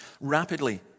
rapidly